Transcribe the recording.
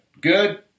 good